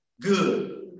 good